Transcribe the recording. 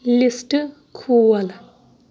list کھول